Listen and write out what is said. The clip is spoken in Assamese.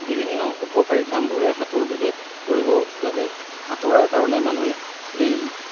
ৰ্বিভিন্ন উপকাৰী কামবোৰে সাঁতোৰবিদে কৰিব লাগে সাঁতোৰাৰ কাৰণে মানুহে এই